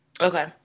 Okay